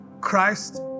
christ